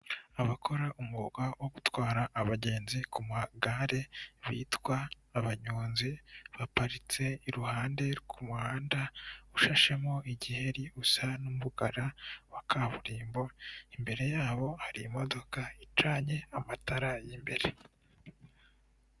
Abakora umwuga wo gutwara abagenzi ku magare bitwa abanyonzi, baparitse iruhande rw'umuhanda ushashemo igiheri usa n'umukara wa kaburimbo, imbere yabo hari imodoka icanye amatara y'imbere.